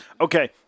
Okay